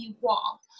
wall